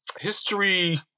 History